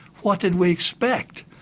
what did we expect?